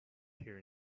here